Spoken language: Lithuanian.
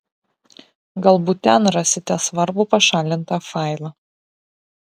galbūt ten rasite svarbų pašalintą failą